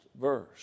verse